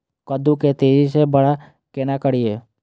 कद्दू के तेजी से बड़ा केना करिए?